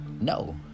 no